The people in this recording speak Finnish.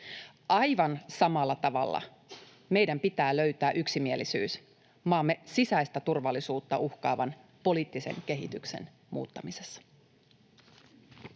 Aivan samalla tavalla meidän pitää löytää yksimielisyys maamme sisäistä turvallisuutta uhkaavan poliittisen kehityksen muuttamisessa.